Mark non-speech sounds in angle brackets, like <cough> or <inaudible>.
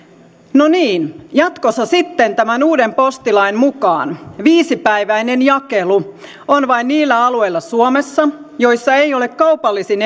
no niin jatkossa sitten tämän uuden postilain mukaan viisipäiväinen jakelu on vain niillä alueilla suomessa joissa ei ole kaupallisin <unintelligible>